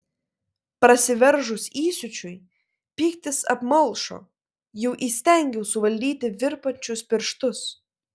prasiveržus įsiūčiui pyktis apmalšo jau įstengiau suvaldyti virpančius pirštus